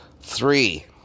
Three